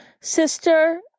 sister